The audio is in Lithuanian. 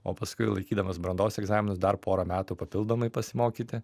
o paskui laikydamas brandos egzaminus dar porą metų papildomai pasimokyti